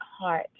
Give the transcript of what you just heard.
heart